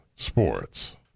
sports